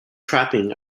trapping